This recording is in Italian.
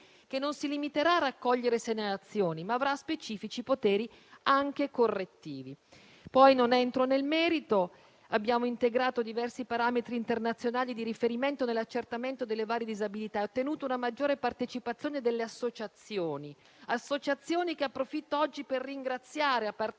che non si limiterà a raccogliere segnalazioni, ma avrà anche specifici poteri, anche correttivi. Non entro nel merito. Abbiamo integrato diversi parametri internazionali di riferimento nell'accertamento delle varie disabilità e ottenuto una maggiore partecipazione delle associazioni; associazioni che approfitto oggi per ringraziare, a partire